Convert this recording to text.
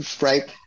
right